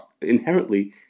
inherently